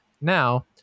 Now